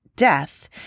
death